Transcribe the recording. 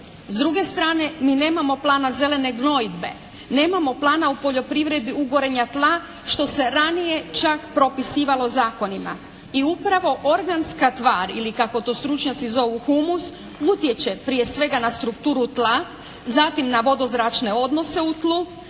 S druge strane mi nemamo plana zelene gnojidbe. Nemamo plana u poljoprivredi … /Govornica se ne razumije./ … tla što se ranije čak propisivalo zakonima. I upravo organska tvar ili kako to stručnjaci zovu humus utječe prije svega na strukturu tla zatim na vodozračne odnose u tlu